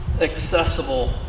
accessible